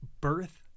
birth